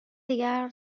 دیگر